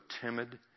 timid